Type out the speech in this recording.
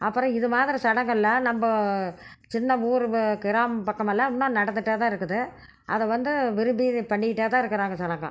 அப்புறம் இதுமாதிரி சடங்கெல்லாம் நம்ம சின்ன ஊர் இது கிராம பக்கமெல்லாம் இன்னும் நடந்துகிட்டே தான் இருக்குது அதை வந்து விரும்பி பண்ணிகிட்டே தான் இருக்கிறாங்க ஜனங்க